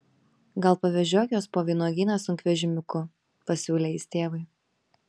gal pavežiok juos po vynuogyną sunkvežimiuku pasiūlė jis tėvui